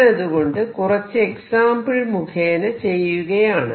ഞാനതുകൊണ്ട് കുറച്ചു എക്സാംപിൾ മുഖേന ചെയ്യുകയാണ്